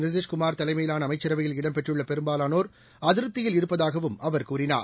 நிதிஷ்குமார் தலைமையிலானஅமைச்சரவையில் இடம்பெற்றுள்ளபெரும்பாலோர் அதிருப்தியில் இருப்பதாகவும் அவர் கூறினார்